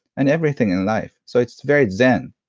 and everything in life. so, it's very zen.